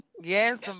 Yes